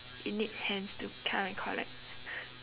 it need hands to come and collect